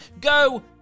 go